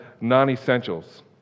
non-essentials